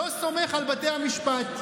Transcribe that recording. לא סומך על בתי המשפט.